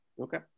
Okay